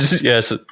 yes